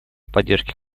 поддержки